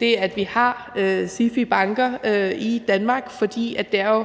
det, at vi har SIFI-banker i Danmark, for det er jo